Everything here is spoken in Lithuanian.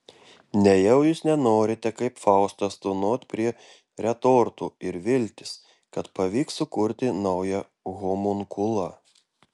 nejau jūs nenorite kaip faustas tūnot prie retortų ir viltis kad pavyks sukurti naują homunkulą